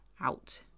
out